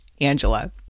Angela